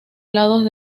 lados